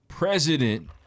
President